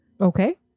Okay